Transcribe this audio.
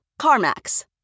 CarMax